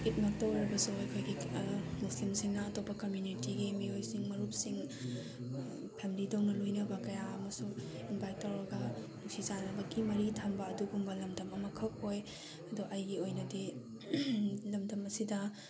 ꯏꯗꯃꯛꯇ ꯑꯣꯏꯔꯕꯁꯨ ꯑꯩꯈꯣꯏꯒꯤ ꯃꯨꯁꯂꯤꯝꯁꯤꯡꯅ ꯑꯇꯣꯞꯄ ꯀꯝꯃꯤꯎꯅꯤꯇꯤꯒꯤ ꯃꯤꯑꯣꯏꯁꯤꯡ ꯃꯔꯨꯞꯁꯤꯡ ꯐꯦꯃꯤꯂꯤꯗꯧꯅ ꯂꯣꯏꯅꯕ ꯀꯌꯥ ꯑꯃꯁꯨ ꯏꯟꯕꯥꯏꯠ ꯇꯧꯔꯒ ꯅꯨꯡꯁꯤ ꯆꯥꯟꯅꯕꯒꯤ ꯃꯔꯤ ꯊꯝꯕ ꯑꯗꯨꯒꯨꯝꯕ ꯂꯝꯗꯝ ꯑꯃꯈꯛ ꯑꯣꯏ ꯑꯗꯣ ꯑꯩꯒꯤ ꯑꯣꯏꯅꯗꯤ ꯂꯝꯗꯝ ꯑꯁꯤꯗ